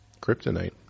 Kryptonite